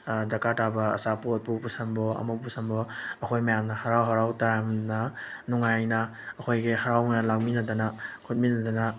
ꯗꯔꯀꯥꯔ ꯇꯥꯕ ꯑꯆꯥꯄꯣꯠꯄꯨ ꯄꯨꯁꯟꯕꯋꯣ ꯑꯃꯃꯨꯛ ꯄꯨꯁꯟꯕꯋꯣ ꯑꯩꯈꯣꯏ ꯃꯌꯥꯝꯅ ꯍꯔꯥꯎ ꯍꯔꯥꯎ ꯇꯌꯥꯝꯅ ꯅꯨꯡꯉꯥꯏꯅ ꯑꯩꯈꯣꯏꯒꯤ ꯍꯔꯥꯎꯅ ꯂꯥꯡꯃꯤꯟꯅꯗꯅ ꯈꯣꯠꯃꯤꯟꯅꯗꯅ